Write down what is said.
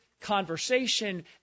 conversation